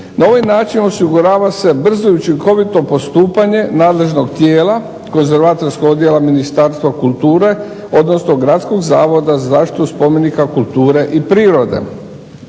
Na ovaj način osigurava se brzo i učinkovito postupanje nadležnog tijela konzervatorskog odjela Ministarstva kulture, odnosno Gradskog zavoda za zaštitu spomenika kulture i prirode.